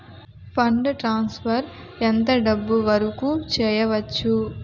Fund transfer ఎంత డబ్బు వరుకు చేయవచ్చు?